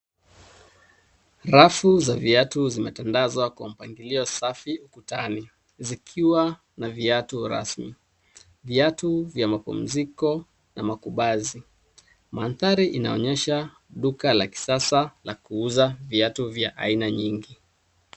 Rafu za viatu zimetandazwa kwa mpangilio safi kutani zikiwa na viatu rasmi, viatu za mapumziko na makubazi. Mandhari inaonyesha duka la kisasa la kuuza viatu vya aina nyingi.